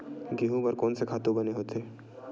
गेहूं बर कोन से खातु बने होथे?